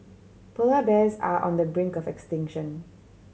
polar bears are on the brink of extinction